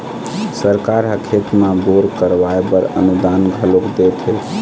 सरकार ह खेत म बोर करवाय बर अनुदान घलोक देथे